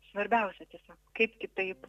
svarbiausia tiesiog kaip kitaip